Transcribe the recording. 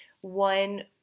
one